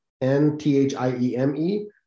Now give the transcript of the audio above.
N-T-H-I-E-M-E